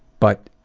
but